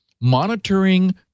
monitoring